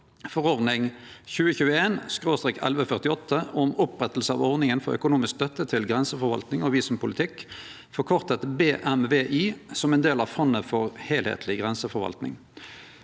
forordning 2021/1148 om oppretting av ordninga for økonomisk støtte til grenseforvaltning og visumpolitikk, forkorta BMVI, som ein del av fondet for heilskapleg grenseforvaltning.